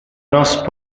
nos